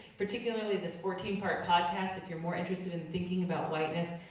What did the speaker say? particularly this fourteen part podcast, if you're more interested in thinking about whiteness.